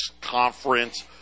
conference